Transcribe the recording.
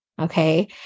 Okay